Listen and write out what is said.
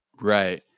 Right